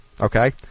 Okay